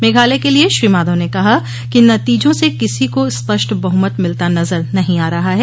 मेघालय के लिए श्री माधव ने कहा कि नतीजों से किसी को स्पष्ट बहुमत मिलता नजर नहीं आ रहा है